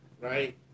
right